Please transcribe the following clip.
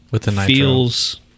feels